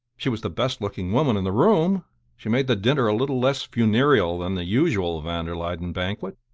she was the best-looking woman in the room she made the dinner a little less funereal than the usual van der luyden banquet.